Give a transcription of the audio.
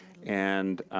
and